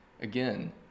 again